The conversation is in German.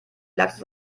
lachs